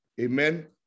Amen